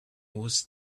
was